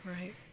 right